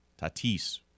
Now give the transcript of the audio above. Tatis